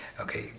Okay